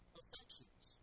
affections